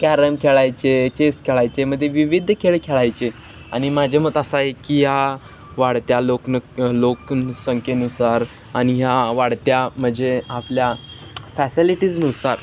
carrom खेळायचे chess खेळायचे मध्ये विविध खेळ खेळायचे आणि माझे मत असं आहे की ह्या वाढत्या लोक लोकसंख्येनुसार आणि ह्या वाढत्या म्हणजे आपल्या फॅसिलिटीजनुसार